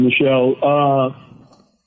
Michelle